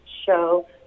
show